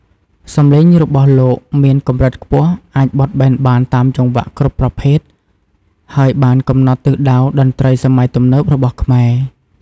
សំឡេងរបស់លោកមានកម្រិតខ្ពស់ អាចបត់បែនបានតាមចង្វាក់គ្រប់ប្រភេទ ហើយបានកំណត់ទិសដៅតន្ត្រីសម័យទំនើបរបស់ខ្មែរ។